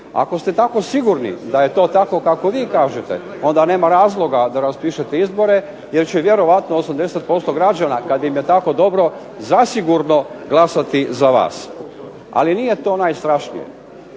Ako ste tako sigurni da je to tako kako vi kažete, onda nema razloga da raspišete izbore, jer će vjerovatno 80% građana kad im je tako dobro zasigurno glasati za vas. Ali nije to najstrašnije.